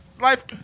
life